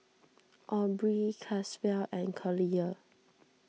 Aubree Caswell and Collier